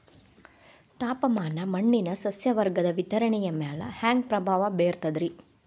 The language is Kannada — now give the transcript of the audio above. ತಾಪಮಾನ ಮಣ್ಣಿನ ಸಸ್ಯವರ್ಗದ ವಿತರಣೆಯ ಮ್ಯಾಲ ಹ್ಯಾಂಗ ಪ್ರಭಾವ ಬೇರ್ತದ್ರಿ?